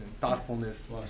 thoughtfulness